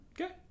Okay